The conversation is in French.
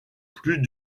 plus